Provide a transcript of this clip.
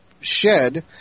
shed